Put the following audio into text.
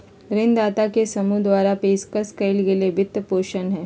ऋणदाता के समूह द्वारा पेशकश कइल गेल वित्तपोषण हइ